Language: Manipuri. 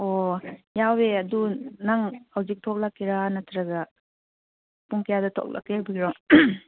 ꯑꯣ ꯌꯥꯎꯋꯤ ꯑꯗꯨ ꯅꯪ ꯍꯧꯖꯤꯛ ꯊꯣꯛꯂꯛꯀꯦꯔꯥ ꯅꯠꯇ꯭ꯔꯒ ꯄꯨꯡ ꯀꯌꯥꯗ ꯊꯣꯛꯂꯛꯀꯦ ꯍꯥꯏꯕꯒꯤꯔꯣ